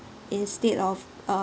instead of uh